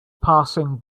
passing